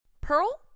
Pearl